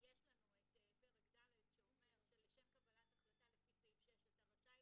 שיש לנו את פרק ד' שאומר שלשם קבלת החלטה לפי סעיף 6 אתה רשאי